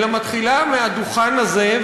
אלא מתחילה מהדוכן הזה,